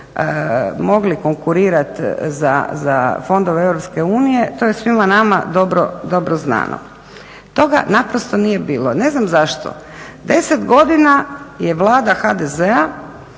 mogli konkurirati za fondove Europske unije to je svima nama dobro znano. Toga naprosto nije bilo. Ne znam zašto. Deset godina je Vlada HDZ-a